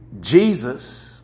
Jesus